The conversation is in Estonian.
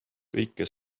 kõike